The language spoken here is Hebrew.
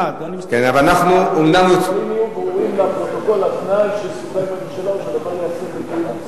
כדי שהדברים יהיו ברורים לפרוטוקול: התנאי שסוכם עם הממשלה הוא שהדבר